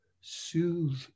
soothe